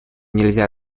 нельзя